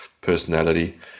personality